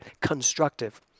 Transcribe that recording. constructive